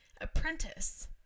apprentice